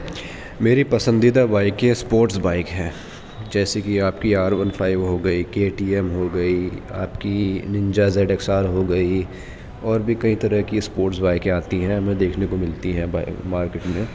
میری پسندیدہ بائکیں اسپوٹس بائک ہیں جیسے کہ آپ کی آر ون فائیو ہو گئی کے ٹی ایم ہو گئی آپ کی ننجا زیڈ ایکس آر ہو گئی اور بھی کئی طرح کی اسپوٹس بائکیں آتی ہیں ہمیں دیکھنے کو ملتی ہیں مارکیٹ میں